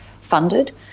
funded